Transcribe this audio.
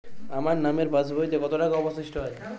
আমার নামের পাসবইতে কত টাকা অবশিষ্ট আছে?